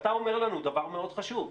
אתה אומר לנו דבר מאוד חשוב.